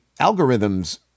algorithms